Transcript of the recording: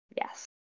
yes